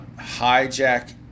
Hijack